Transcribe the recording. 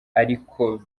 ariko